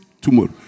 tomorrow